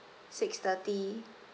six-thirty